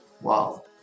wow